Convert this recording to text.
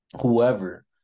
Whoever